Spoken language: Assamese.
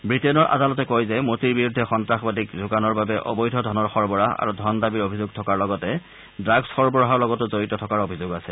ৱিটেইনৰ আদালতে কয় যে মোটিৰ বিৰুদ্ধে সন্তাসবাদীক যোগানৰ বাবে অবৈধ ধনৰ সৰবৰাহ আৰু ধন দাবীৰ অভিযোগ থকাৰ লগতে ড্ৰাগছ সৰবৰাহৰ লগতো জড়িত থকাৰ অভিযোগ আছে